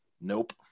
nope